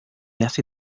hace